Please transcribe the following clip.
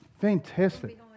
fantastic